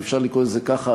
אם אפשר לקרוא לזה ככה,